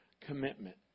commitment